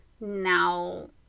now